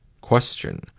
Question